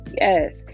Yes